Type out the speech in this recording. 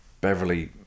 Beverly